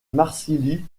marcilly